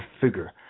figure